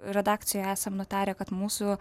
redakcijoj esam nutarę kad mūsų